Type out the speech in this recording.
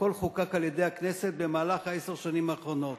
הכול חוקק על-ידי הכנסת במהלך עשר השנים האחרונות,